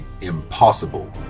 impossible